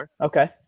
Okay